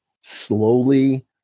slowly